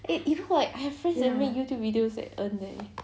eh you know like I have friends that make youtube videos that earn eh